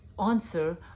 answer